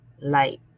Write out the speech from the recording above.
light